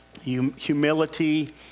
humility